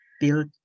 build